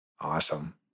Awesome